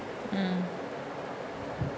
mm